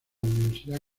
universidad